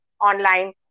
online